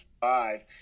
five